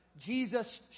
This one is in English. Jesus